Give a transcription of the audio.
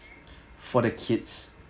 for the kids